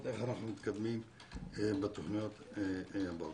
איך אנחנו מתקדמים בתוכניות הבאות.